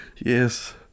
Yes